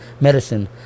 medicine